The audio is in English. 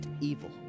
evil